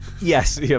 Yes